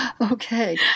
okay